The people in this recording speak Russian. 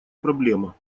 проблема